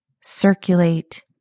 circulate